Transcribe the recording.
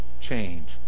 change